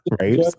right